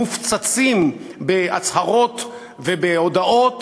מופצצים בהצהרות והודעות